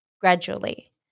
gradually